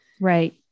Right